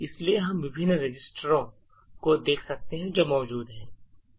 इसलिए हम विभिन्न रजिस्टरों को देख सकते हैं जो मौजूद हैं